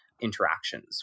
interactions